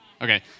Okay